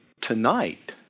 tonight